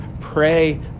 pray